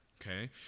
okay